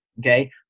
Okay